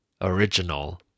original